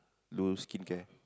do skincare